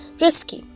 risky